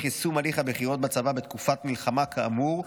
יישום הליך הבחירות בצבא בתקופת מלחמה כאמור,